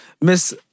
Miss